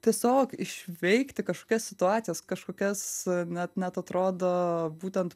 tiesiog išveikti kažkokias situacijas kažkokias net net atrodo būtent